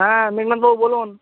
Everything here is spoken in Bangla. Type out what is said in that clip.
হ্যাঁ মেঘনাদ বাবু বলুন